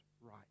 right